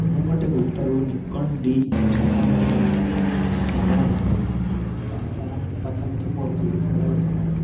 ମୁଁ ଗୋଟେ ଗୁପ୍ତାରୁ ନିକୋନ ଡ଼ି ଛପନ କ୍ୟାମେରା ଆଣିଥିଲି ତା'ର ଦାମ ପାଖାପାଖି ପଡ଼ୁଛି ଦେଢ଼ଲକ୍ଷ ଟଙ୍କା